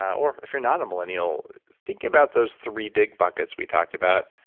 or if you're not a millennial, thinking about those three big buckets we talked about,